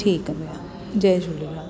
ठीकु आहे भईया जय झूलेलाल